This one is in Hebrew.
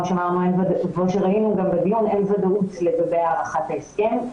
כמו שראינו גם בדיון אין ודאות לגבי הארכת הסכם,